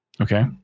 Okay